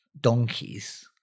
donkeys